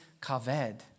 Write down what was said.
kaved